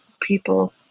people